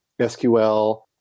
SQL